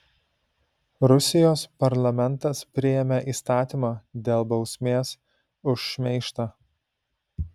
rusijos parlamentas priėmė įstatymą dėl bausmės už šmeižtą